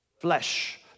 flesh